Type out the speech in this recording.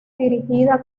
dirigida